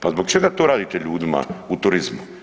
Pa zbog čega to radite ljudima u turizmu?